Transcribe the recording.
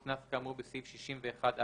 קנס כאמור בסעיף 61(א)(3)